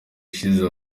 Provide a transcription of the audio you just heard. ishize